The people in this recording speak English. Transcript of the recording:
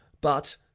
but,